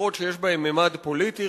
עבירות שיש בהן ממד פוליטי,